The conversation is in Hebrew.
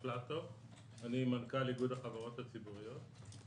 אני מנכ"ל איגוד החברות הציבוריות,